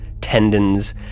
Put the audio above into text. tendons